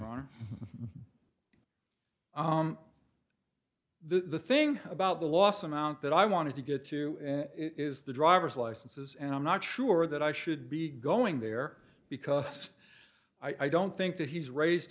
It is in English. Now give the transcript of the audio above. n the thing about the loss amount that i wanted to get to is the driver's licenses and i'm not sure that i should be going there because i don't think that he's raised